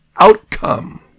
outcome